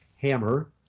hammer